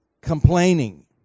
complaining